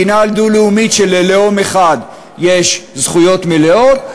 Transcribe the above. מדינה דו-לאומית שללאום אחד יש זכויות מלאות,